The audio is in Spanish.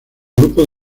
grupos